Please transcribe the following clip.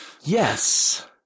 Yes